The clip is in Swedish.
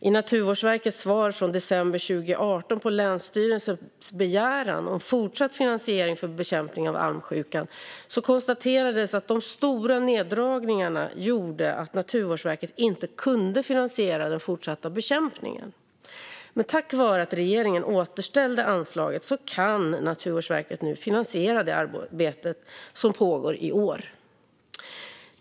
I Naturvårdsverkets svar från december 2018 på länsstyrelsens begäran om fortsatt finansiering av bekämpningen av almsjuka konstaterades att de stora neddragningarna gjorde att Naturvårdsverket inte kunde finansiera den fortsatta bekämpningen. Men tack vare att regeringen återställde anslaget kan Naturvårdsverket nu finansiera det arbete som pågår i år.